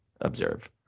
observe